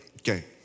Okay